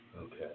Okay